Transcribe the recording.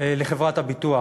לחברת הביטוח,